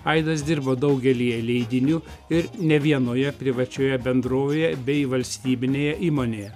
aidas dirbo daugelyje leidinių ir ne vienoje privačioje bendrovėje bei valstybinėje įmonėje